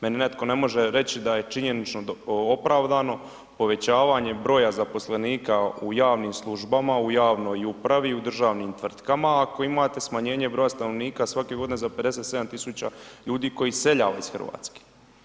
Meni netko ne može reći da je činjenično opravdano povećavanje broja zaposlenika u javnim službama, u javnom upravi, u državnim tvrtkama, ako imate smanje broja stanovnika svake godine za 57.000 ljudi koje iseljava iz Hrvatske.